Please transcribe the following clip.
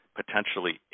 potentially